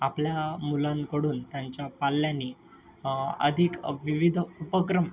आपल्या मुलांकडून त्यांच्या पाल्यांनी अधिक विविध उपक्रम